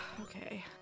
Okay